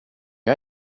jag